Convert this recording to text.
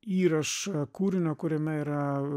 įrašą kūrinio kuriame yra